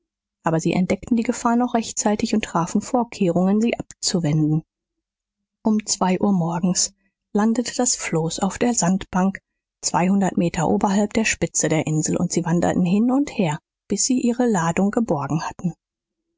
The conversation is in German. aber sie entdeckten die gefahr noch rechtzeitig und trafen vorkehrungen sie abzuwenden um zwei uhr morgens landete das floß auf der sandbank zweihundert meter oberhalb der spitze der insel und sie wanderten hin und her bis sie ihre ladung geborgen hatten